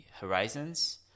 horizons